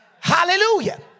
Hallelujah